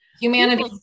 Humanity